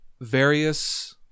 various